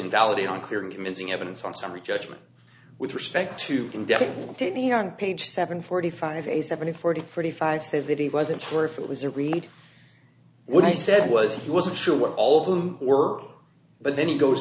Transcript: invalidate on clear and convincing evidence on summary judgment with respect to condemn me on page seven forty five a seventy forty forty five say that he wasn't sure if it was a read what i said was he wasn't sure what all of them were but then he goes